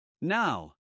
Now